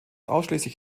ausschließlich